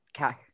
Okay